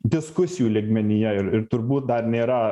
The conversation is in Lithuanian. diskusijų lygmenyje ir ir turbūt dar nėra